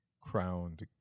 crowned